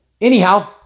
anyhow